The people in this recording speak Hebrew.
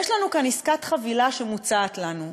יש לנו כאן עסקת חבילה שמוצעת לנו,